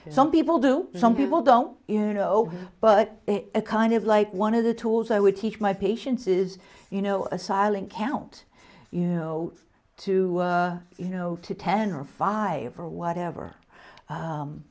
some people do some people don't you know but a kind of like one of the tools i would teach my patients is you know a silent count you know two you know to ten or five or whatever